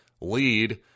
lead